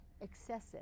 excessive